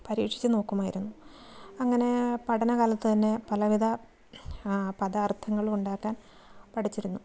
പരീക്ഷിച്ചുനോക്കുമായിരുന്നു അങ്ങനെ പഠന കാലത്ത് തന്നെ പലവിധ പദാർത്ഥങ്ങളും ഉണ്ടാക്കാൻ പഠിച്ചിരുന്നു